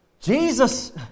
Jesus